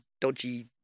dodgy